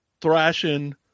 thrashing